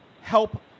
help